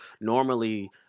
normally